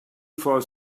for